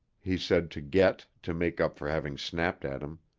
he said to get to make up for having snapped at him.